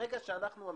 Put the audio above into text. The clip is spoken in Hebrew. מהרגע שאנחנו,